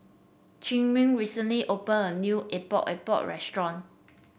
Chimere recently open a new Epok Epok restaurant